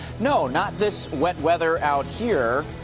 no, not this wet weather out here.